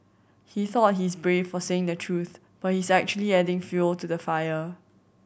he thought he's brave for saying the truth but he's actually adding fuel to the fire